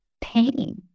pain